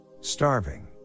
starving